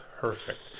perfect